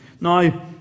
Now